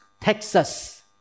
Texas